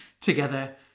together